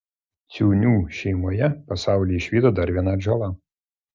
ciūnių šeimoje pasaulį išvydo dar viena atžala